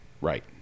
Right